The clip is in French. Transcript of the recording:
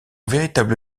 véritable